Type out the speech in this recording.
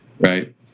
right